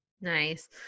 nice